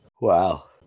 Wow